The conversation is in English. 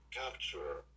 capture